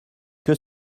que